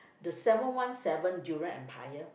the seven one seven durian empire